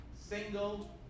single